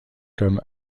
comme